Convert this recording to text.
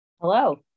Hello